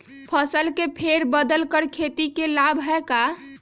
फसल के फेर बदल कर खेती के लाभ है का?